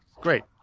great